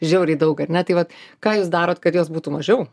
žiauriai daug ar ne tai vat ką jūs darot kad jos būtų mažiau